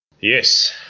Yes